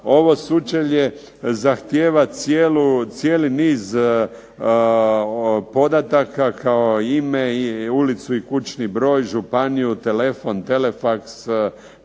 Ovo sučelje zahtijeva cijeli niz podataka, kao ime i ulicu i kućni broj, županiju, telefon, telefax,